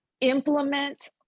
implement